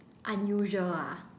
unusual ah